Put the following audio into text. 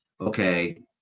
okay